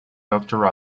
doctor